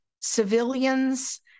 civilians